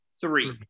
Three